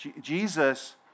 Jesus